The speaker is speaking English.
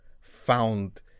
found-